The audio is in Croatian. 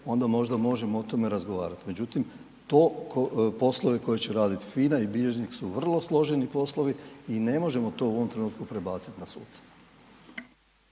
onda možda možemo o tome razgovarati. Međutim, to poslovi koje će raditi FINA i bilježnik su vrlo složeni poslovi i ne možemo to u ovom trenutku prebacit na suca.